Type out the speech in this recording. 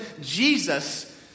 Jesus